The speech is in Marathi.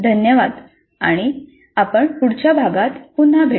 धन्यवाद आणि आपण पुढच्या भागात पुन्हा भेटू